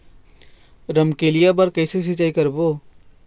रमकलिया बर कइसे सिचाई करबो?